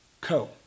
Co